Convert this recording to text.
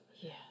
yes